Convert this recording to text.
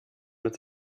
mit